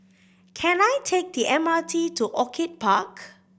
can I take the M R T to Orchid Park